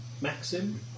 Maxim